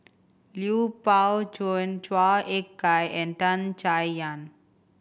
Lui Pao Chuen Chua Ek Kay and Tan Chay Yan